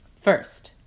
First